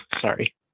Sorry